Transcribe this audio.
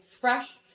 fresh